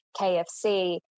KFC